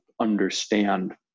understand